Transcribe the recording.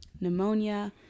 pneumonia